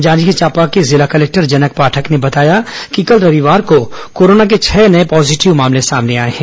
जांजगीर चांपा के जिला कलेक्टर जनक पाठक ने बताया कि कल रविवार को कोरोना के छह नए पॉजिटिव मामले सामने आए हैं